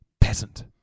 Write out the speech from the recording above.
peasant